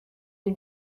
you